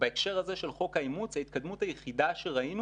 בהקשר הזה של חוק האימוץ, ההתקדמות היחידה שראינו